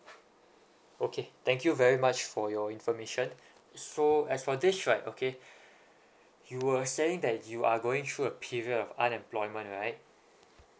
okay thank you very much for your information so as for this right okay you were saying that you are going through a period of unemployment right